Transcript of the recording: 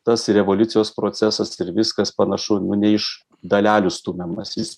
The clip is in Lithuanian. tas revoliucijos procesas ir viskas panašu nu ne iš dalelių stumiamas jis